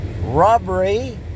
robbery